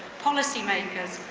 policy makers,